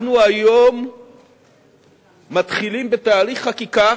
אנחנו היום מתחילים בתהליך חקיקה